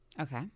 Okay